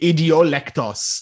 Idiolectos